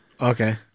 Okay